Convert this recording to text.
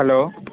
hello